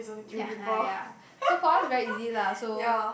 ya ya so for us very easy lah so